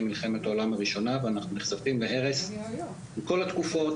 מלחמת העולם הראשונה ואנחנו נחשפים להרס בכל התקופות,